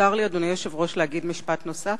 יותר לי, אדוני היושב-ראש, להגיד משפט נוסף?